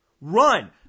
Run